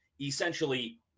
essentially